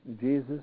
Jesus